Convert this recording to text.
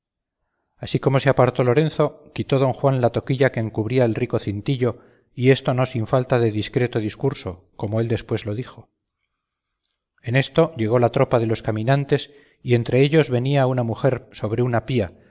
así como se apartó lorenzo quitó don juan la toquilla que encubría el rico cintillo y esto no sin falta de discreto discurso como él después lo dijo en esto llegó la tropa de los caminantes y entre ellos venía una mujer sobre una pía